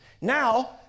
Now